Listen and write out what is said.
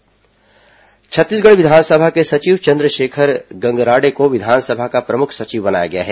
गंगराड़े पदोन्नति छत्तीसगढ़ विधानसभा के सचिव चंद्रशेखर गंगराड़े को विधानसभा का प्रमुख सचिव बनाया गया है